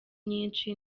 nyinshi